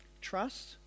Trust